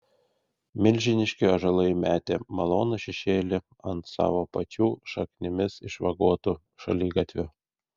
milžiniški ąžuolai metė malonų šešėlį ant savo pačių šaknimis išvagotų šaligatvių